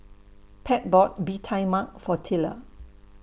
Pat bought Bee Tai Mak For Tilla